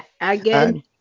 again